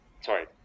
Sorry